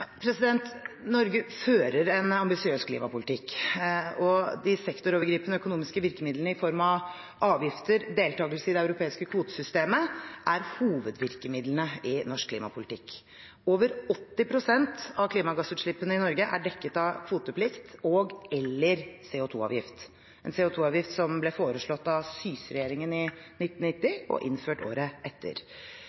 Norge fører en ambisiøs klimapolitikk, og de sektorovergripende økonomiske virkemidlene i form av avgifter og deltakelse i det europeiske kvotesystemet er hovedvirkemidlene i norsk klimapolitikk. Over 80 pst. av klimagassutslippene i Norge er dekket av kvoteplikt og/eller CO2-avgift – en CO2-avgift som ble foreslått av Syse-regjeringen i 1990, og innført året etter.